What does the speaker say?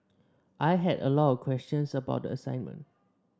I had a lot of questions about the assignment